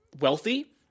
wealthy